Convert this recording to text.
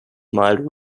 mild